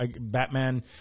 Batman